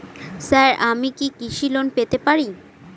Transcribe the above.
Sir আমি কি কৃষি লোন পেতে পারি?